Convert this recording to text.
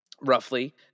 roughly